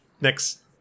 next